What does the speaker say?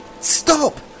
Stop